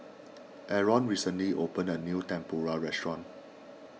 Arron recently opened a new Tempura restaurant